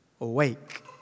awake